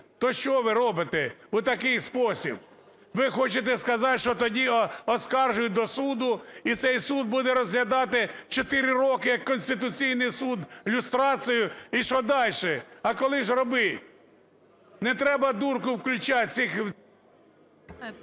То що ви робите у такий спосіб? Ви хочете сказати, що тоді оскаржують до суду, і цей суд буде розглядати 4 роки, як Конституційний Суд люстрацію, і що дальше? А коли ж робить? Не треба дурку включати…